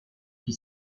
qui